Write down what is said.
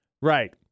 Right